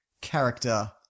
character